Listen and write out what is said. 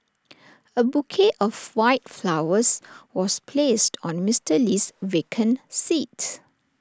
A bouquet of white flowers was placed on Mister Lee's vacant seat